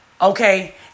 Okay